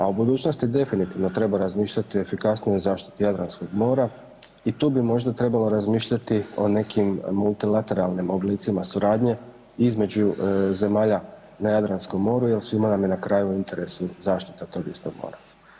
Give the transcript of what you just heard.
A u budućnosti definitivno treba razmišljati efikasnije o zaštiti Jadranskog mora i tu bi možda trebalo razmišljati o nekim multilateralnim oblicima suradnje između zemalja na Jadranskom moru jer svima nam je na kraju u interesu zaštita tog istog mora.